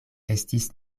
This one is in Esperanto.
estis